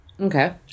Okay